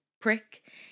Prick